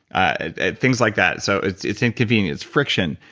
ah things like that. so it's it's inconvenience, friction.